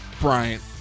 Bryant